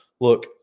Look